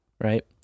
right